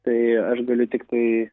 tai aš galiu tiktai